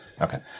okay